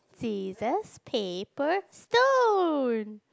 scissors paper stone